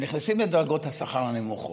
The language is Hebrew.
הם נכנסים לדרגות השכר הנמוכות.